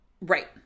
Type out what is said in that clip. right